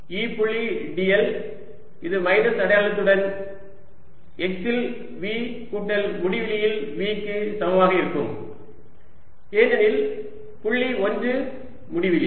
E புள்ளி dl இது minus அடையாளத்துடன் x இல் V கூட்டல் முடிவிலியில் V க்கு சமமாக இருக்கும் ஏனெனில் புள்ளி 1 முடிவிலி